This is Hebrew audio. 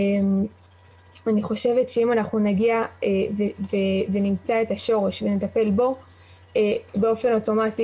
אם נמצא את השורש ונטפל בו באופן אוטומטי